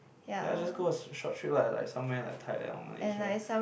ya just go a s~ short trip lah like somewhere like Thailand or Malaysia